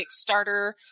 Kickstarter